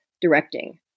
directing